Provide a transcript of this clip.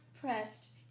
pressed